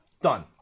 Done